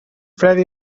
freda